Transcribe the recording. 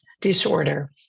disorder